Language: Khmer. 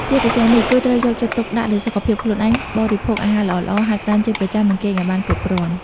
ជាពិសេសនោះ គឺត្រូវយកចិត្តទុកដាក់លើសុខភាពខ្លួនឯង បរិភោគអាហារល្អៗ ហាត់ប្រាណជាប្រចាំ និងគេងឱ្យបានគ្រប់គ្រាន់។